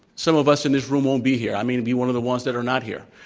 some of us in this room won't be here. i may be one of the ones that are not here,